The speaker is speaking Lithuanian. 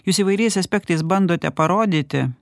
jūs įvairiais aspektais bandote parodyti